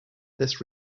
this